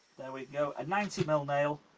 there we go a ninety mm nail nail